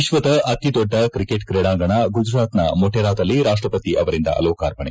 ವಿಶ್ವದ ಅತಿದೊಡ್ಡ ಕ್ರಿಕೆಟ್ ಕ್ರೀಡಾಂಗಣ ಗುಜರಾತ್ನ ಮೊಟೆರಾದಲ್ಲಿ ರಾಷ್ಟಪತಿ ಅವರಿಂದ ಲೋಕಾರ್ಪಣೆ